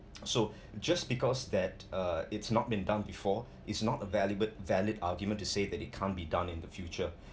so just because that uh it's not been done before is not a vali~ valid argument to say that it can't be done in the future